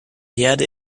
herde